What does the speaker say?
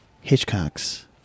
Hitchcock's